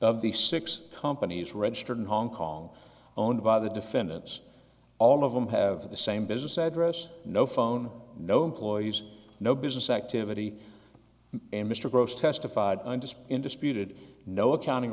of the six companies registered in hong kong owned by the defendants all of them have the same business address no phone no employees no business activity and mr gross testified in disputed no accounting